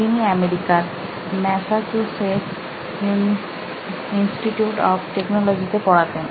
তিনি আমেরিকার Massachusetts Institute of Technology তে পড়াতেন